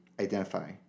identify